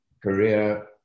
Korea